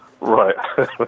right